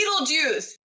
Beetlejuice